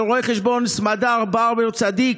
לרו"ח סמדר ברבר-צדיק,